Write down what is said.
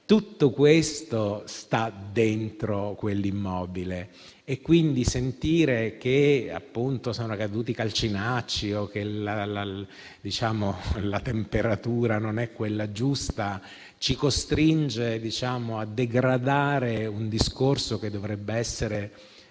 Tutto questo sta dentro quell'immobile. Quindi, sentire che sono caduti calcinacci o che la temperatura dell'ambiente non è quella giusta, ci costringe a degradare un discorso che dovrebbe essere